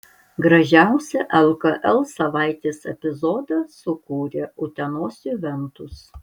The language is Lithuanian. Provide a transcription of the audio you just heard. gražiausią lkl savaitės epizodą sukūrė utenos juventus